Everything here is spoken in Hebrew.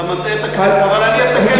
אתה מטעה את הכנסת, אבל אני אתקן אותך.